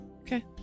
okay